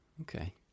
Okay